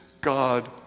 God